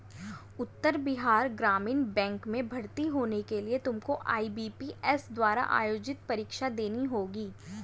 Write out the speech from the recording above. उत्तर Bihar Gramin bank में भर्ती होने के लिए तुमको आई.बी.पी.एस द्वारा आयोजित परीक्षा देनी होगी